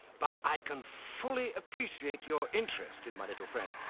but i can fully appreciate your interest in my little friend.